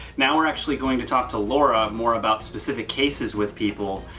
now we're actually going to talk to laura more about specific cases with people,